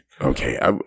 Okay